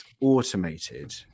automated